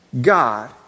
God